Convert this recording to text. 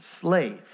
slave